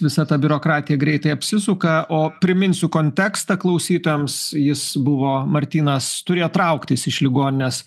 visa ta biurokratija greitai apsisuka o priminsiu kontekstą klausytojams jis buvo martynas turėjo trauktis iš ligoninės